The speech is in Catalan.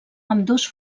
ambdós